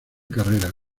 carrera